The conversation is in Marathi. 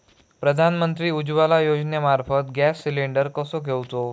प्रधानमंत्री उज्वला योजनेमार्फत गॅस सिलिंडर कसो घेऊचो?